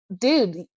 dude